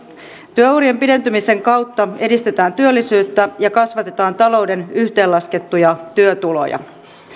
työurien pidentymisen kautta edistetään työllisyyttä ja kasvatetaan talouden yhteenlaskettuja työtuloja